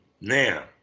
now